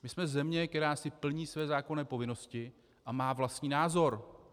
My jsme země, která si plní své zákonné povinnosti a má vlastní názor.